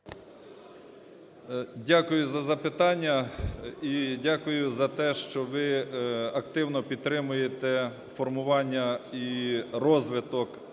Дякую за запитання і дякую за те, що ви активно підтримуєте формування і розвиток